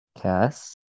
cast